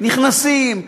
נכנסים,